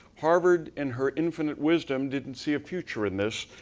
harvard, in her infinite wisdom, didn't see a future in this,